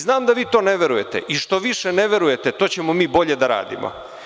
Znam da vi to ne verujete i što više ne verujete to ćemo mi bolje da radimo.